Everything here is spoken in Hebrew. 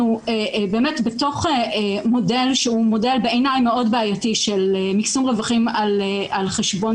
אנחנו בתוך מודל שהוא בעיני מאוד בעייתי של מקסום רווחים על חשבון